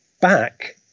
back